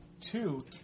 two